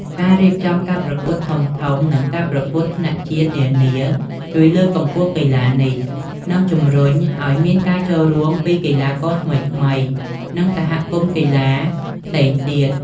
ការរៀបចំការប្រកួតធំៗនិងការប្រកួតថ្នាក់ជាតិនានា ជួយលើកកម្ពស់កីឡានេះ និងជំរុញឲ្យមានការចូលរួមពីកីឡាករថ្មីៗ និងសហគមន៍កីឡាផ្សេងទៀត។